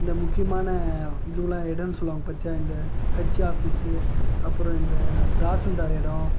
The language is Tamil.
இந்த முக்கியமான இதுவெல்லாம் இடம்னு சொல்லுவாங்க பார்த்தீயா இந்த கட்சி ஆஃபீஸு அப்புறம் இந்த தாசில்தாரு இடம்